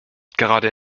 gerade